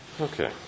Okay